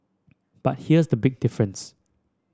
but here's the big difference